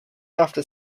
after